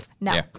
No